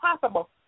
possible